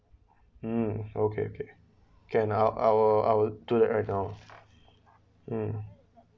um okay okay can I will I will I will do that right now um